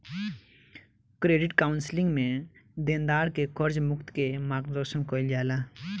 credit counselling में देनदार के कर्ज मुक्त के मार्गदर्शन कईल जाला